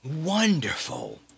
Wonderful